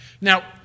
Now